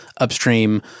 upstream